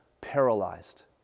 paralyzed